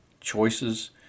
choices